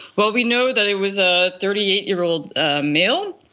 well, we know that it was a thirty eight year old male,